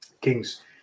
King's